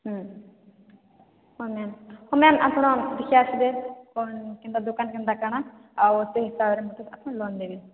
ହୁଁ ହେଉ ମ୍ୟାମ ହେଉ ମ୍ୟାମ ଆପଣ ଦେଖିଆସିବେ କ'ଣ କେନ୍ତା ଦୋକାନ କେନ୍ତା କାଣା ଆଉ ସେହି ହିସାବରେ ମୋତେ ଆପଣ ଲୋନ୍ ଦେବେ